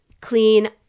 Clean